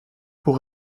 pour